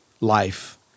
life